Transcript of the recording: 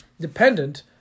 dependent